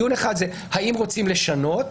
דיון אחד הוא האם רוצים לשנות,